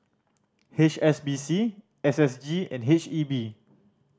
H S B C S S G and H E B